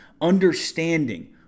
understanding